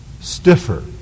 stiffer